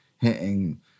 hitting